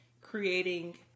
creating